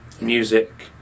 music